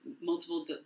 multiple